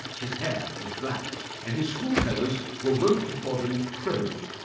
his hair was black and his schoolfellows were wont to call him crow.